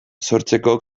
sortzeko